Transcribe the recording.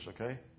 okay